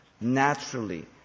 naturally